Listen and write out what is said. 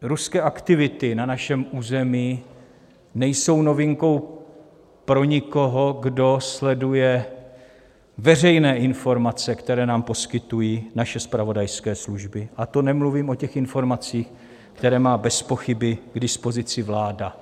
Ruské aktivity na našem území nejsou novinkou pro nikoho, kdo sleduje veřejné informace, které nám poskytují naše zpravodajské služby, a to nemluvím o těch informacích, které má bezpochyby k dispozici vláda.